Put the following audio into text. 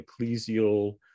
ecclesial